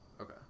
okay